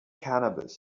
cannabis